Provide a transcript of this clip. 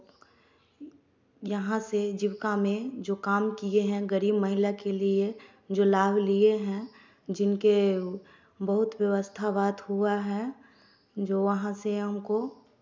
यहाँ से जीविका में जो काम किये हैं गरीब महिला के लिए जो लाभ लिए हैं जिनके बहुत व्यवस्था बात हुआ है जो वहाँ से हमको